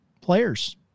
players